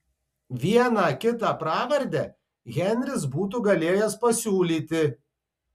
vieną kitą pravardę henris būtų galėjęs pasiūlyti